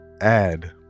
add